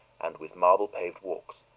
and with marble-paved walks.